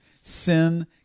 Sin